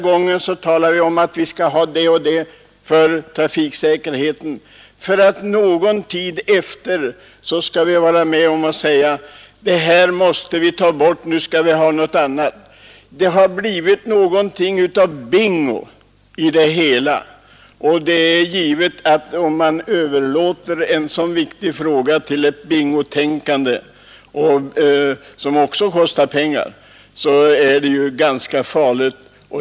Vi talar om att vi skall ha det och det när det gäller trafiksäkerheten för att någon tid därefter vara med om att säga: Det här måste vi ta bort — nu skall vi ha något annat. Det har blivit något av bingo i det hela. Det är givet att om man överlåter en sådan viktig fråga till ett bingotänkande, som också kostar pengar, så är det ganska farligt.